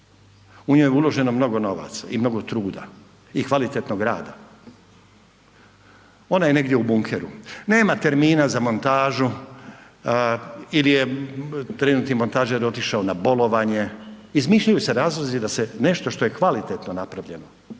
u nju je uloženo mnogo novaca i mnogo truda i kvalitetnog rada. Ona je negdje u bunkeru, nema termina za montažu ili je trenutni montažer otišao na bolovanje, izmišljaju se razlozi da se nešto što je kvalitetno napravljeno,